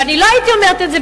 ואני לא הייתי אומרת את זה,